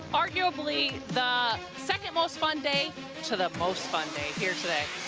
arguably, the second most funday to the most fun day here today.